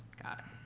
got it.